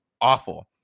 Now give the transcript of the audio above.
awful